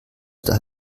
der